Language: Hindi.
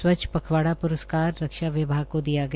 स्वच्छ पखवाड़ा प्रस्कार रक्षा विभाग को दिया गया